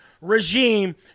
regime